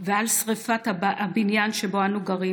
ועל שרפת הבניין שבו אנו גרים,